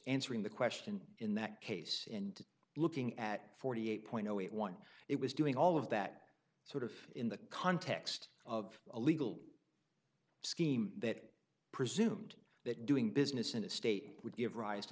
answering the question in that case and looking at forty eight point zero eight one it was doing all of that sort of in the context of a legal scheme that presumed that doing business in a state would give rise to